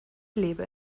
lebe